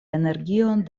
energion